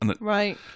Right